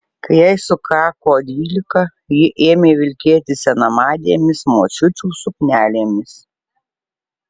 kai jai sukako dvylika ji ėmė vilkėti senamadėmis močiučių suknelėmis